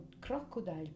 crocodile